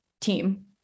team